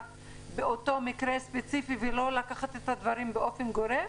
באותו מקרה ספציפי ולא לקחת את הדברים באופן גורף,